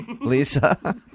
Lisa